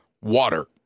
Water